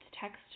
text